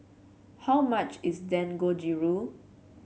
how much is Dangojiru